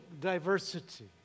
diversity